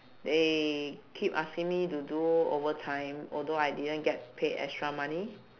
they keep asking me to do overtime although I didn't get paid extra money